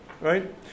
right